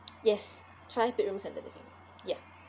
yes five bedrooms and the living room ya